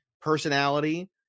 personality